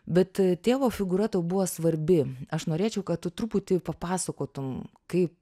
bet tėvo figūra tau buvo svarbi aš norėčiau kad tu truputį papasakotum kaip